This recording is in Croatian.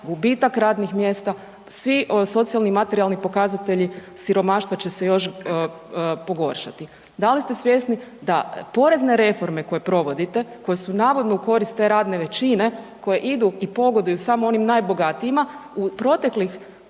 gubitak radnih mjesta, svi socijalni i materijalni pokazatelji siromaštva će se još pogoršati? Da li se svjesni da porezne reforme koje provodite koje su navodno u korist te radne većine koje idu i pogoduju samo onim najbogatijima u proteklom